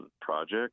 projects